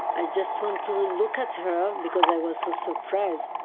i just want to look at her because i was so surprised.